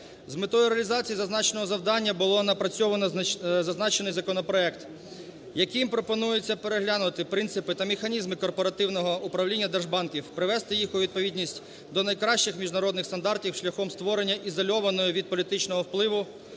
З метою реалізації зазначеного завдання було напрацьовано зазначений законопроект, яким пропонується переглянути принципи та механізми корпоративного управління держбанків, привести їх у відповідність до найкращих міжнародних стандартів шляхом створення ізольованої від політичного впливу